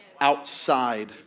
outside